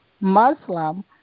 muslim